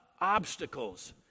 obstacles